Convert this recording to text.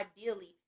ideally